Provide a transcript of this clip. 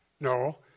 No